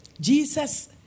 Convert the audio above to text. Jesus